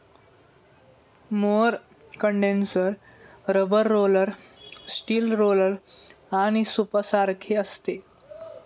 mower condenser rubber roller, steel roller आणि सूपसारखे असते